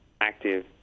active